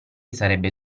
sarebbe